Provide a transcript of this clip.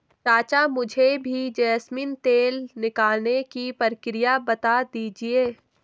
चाचा मुझे भी जैस्मिन तेल निकालने की प्रक्रिया बता दीजिए